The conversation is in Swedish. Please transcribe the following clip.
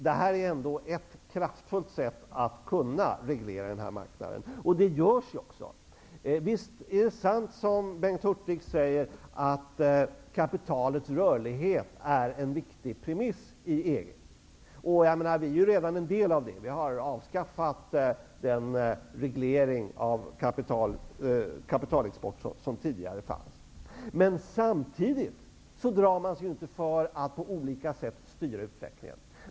Det här är ändå ett rätt kraftfullt sätt att reglera denna marknad, och det görs också. Visst är det sant som Bengt Hurtig säger, att kapitalets rörlighet är en viktig premiss i EG. Vi är redan en del av detta. Vi har avskaffat den reglering av kapitalexport som tidigare fanns. Men samtidigt drar man sig inte för att på olika sätt styra utvecklingen.